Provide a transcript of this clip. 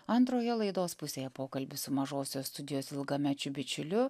antroje laidos pusėje pokalbis su mažosios studijos ilgamečiu bičiuliu